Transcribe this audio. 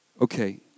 Okay